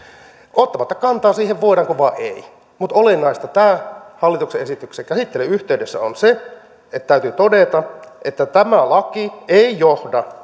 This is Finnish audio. ottamatta kantaa siihen voidaanko vai ei olennaista tämän hallituksen esityksen käsittelyn yhteydessä on se että täytyy todeta että tämä laki ei johda